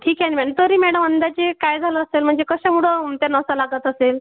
ठीक आहे नं मॅनम तरी मॅडम अंदाजे काय झालं असेल म्हणजे कशामुळं त्या नसा लागत असेल